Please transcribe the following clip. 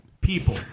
people